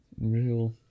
Real